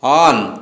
on